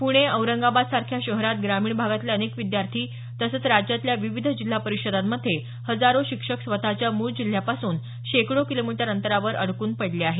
पुणे औरंगाबाद सारख्या शहरात ग्रामीण भागातले अनेक विद्यार्थी तसंच राज्यातल्या विविध जिल्हा परिषदांमध्ये हजारो शिक्षक स्वतःच्या मूळ जिल्ह्यांपासून शेकडो किलोमीटर अंतरावर अडकून पडले आहेत